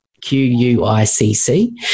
Q-U-I-C-C